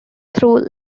through